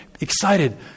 excited